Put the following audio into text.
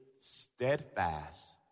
steadfast